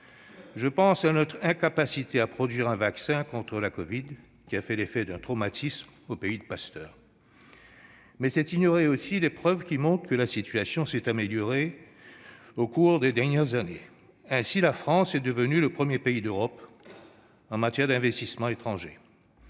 situation. Notre incapacité à produire un vaccin contre la covid, par exemple, a été un traumatisme au pays de Pasteur. Toutefois, ce serait ignorer les preuves démontrant que la situation s'est améliorée au cours des dernières années. Ainsi, la France est devenue le premier pays d'Europe en matière d'investissements étrangers.